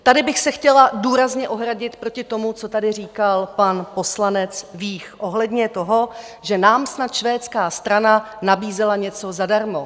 Tady bych se chtěla důrazně ohradit proti tomu, co tady říkal pan poslanec Vích ohledně toho, že nám snad švédská strana nabízela něco zadarmo.